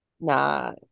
Nah